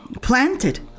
planted